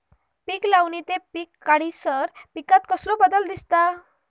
पीक लावणी ते पीक काढीसर पिकांत कसलो बदल दिसता?